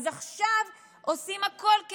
אז עכשיו עושים הכול,